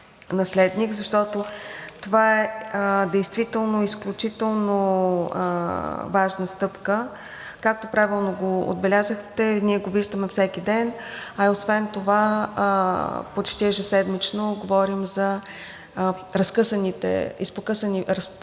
защото това действително е изключително важна стъпка. Както правилно отбелязахте, ние го виждаме всеки ден, освен това почти ежеседмично говорим за разпокъсани промени